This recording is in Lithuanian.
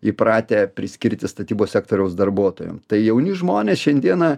įpratę priskirti statybos sektoriaus darbuotojam tai jauni žmonės šiandieną